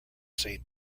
saint